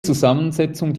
zusammensetzung